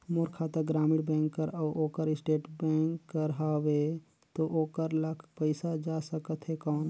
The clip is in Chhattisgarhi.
मोर खाता ग्रामीण बैंक कर अउ ओकर स्टेट बैंक कर हावेय तो ओकर ला पइसा जा सकत हे कौन?